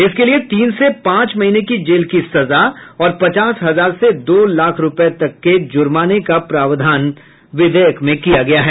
इसके लिए तीन से पांच महीने की जेल की सजा और पचास हजार से दो लाख रूपए तक के जुर्माने का प्रावधान विधेयक में किया गया है